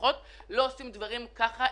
משפחות לא עושים דברים כך,